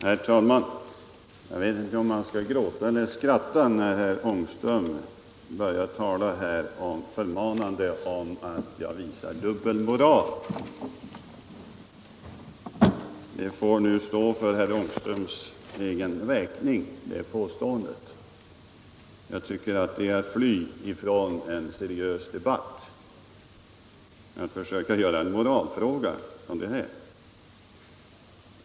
Herr talman! Jag vet inte om jag skall gråta eller skratta när herr Ångström här talar förmanande om att jag visar exempel på dubbelmoral. Det påståendet får stå för herr Ångströms räkning. Men jag tycker att det är att fly från en seriös debatt att försöka göra detta till en moralfråga.